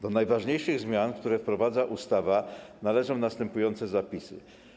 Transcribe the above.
Do najważniejszych zmian, które wprowadza ustawa, należą następujące zapisy.